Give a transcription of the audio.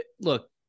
look